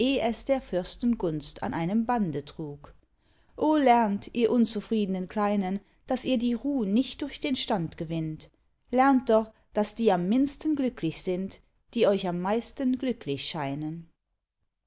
der fürsten gunst an einem bande trug o lernt ihr unzufriednen kleinen daß ihr die ruh nicht durch den stand gewinnt lernt doch daß die am mindsten glücklich sind die euch am meisten glücklich scheinen